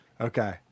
Okay